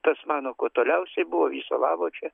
tas mano kuo toliausiai buvo viso labo čia